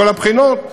מכל הבחינות.